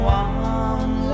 one